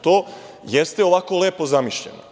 To jeste ovako lepo zamišljeno.